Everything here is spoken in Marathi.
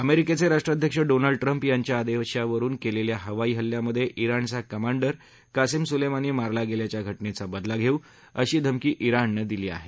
अमेरिकेचे राष्ट्राध्यक्ष डोनाल्ड ट्रम्प यांच्या आदेशावरून केलेल्या हवाई हल्ल्यामध्ये ञिणचा कमांडर कासीम सुलेमानी मारला गेल्याच्या घटनेचा बदला घेऊ अशी धमकी जिणनं दिली आहे